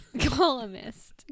Columnist